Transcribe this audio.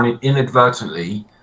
inadvertently